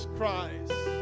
Christ